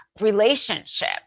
relationship